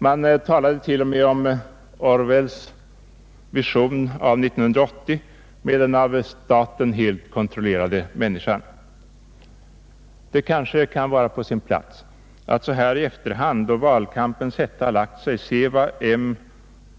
Man talade t.o.m. om Orwells vision av 1980 med den av staten helt kontrollerade människan. Det kan kanske vara på sin plats att så här i efterhand, då valkampens hetta har lagt sig, se efter vad